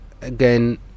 again